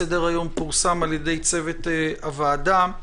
סדר-היום פורסם על ידי צוות הוועדה.